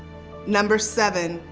number seven,